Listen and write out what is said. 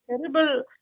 terrible